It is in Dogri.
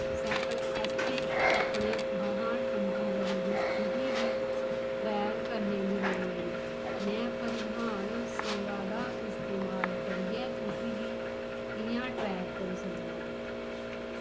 सैकल आस्तै अपने वाहन पंजीकरण दी स्थिति गी ट्रैक करने दी लोड़ ऐ में परिवहन सेवा दा इस्तेमाल करियै इसगी कि'यां ट्रैक करी सकनां